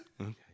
Okay